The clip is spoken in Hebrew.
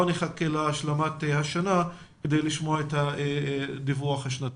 לא נחכה להשלמת השנה כדי לשמוע את הדיווח השנתי.